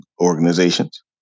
organizations